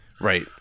Right